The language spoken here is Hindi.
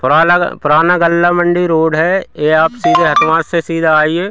पुरालग पुराना गल्ला मंडी रोड है यह आप सीधे हथवास से सीधा आइए